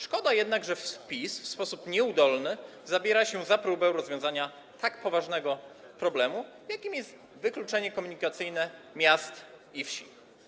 Szkoda jednak, że PiS w sposób nieudolny zabiera się za rozwiązanie tak poważnego problemu, jakim jest wykluczenie komunikacyjne miast i wsi.